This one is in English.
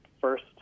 first